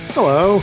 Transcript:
Hello